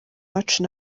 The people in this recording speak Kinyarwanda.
uwacu